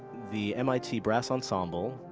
the mit brass ensemble.